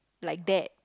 like that